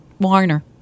Warner